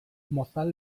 mozal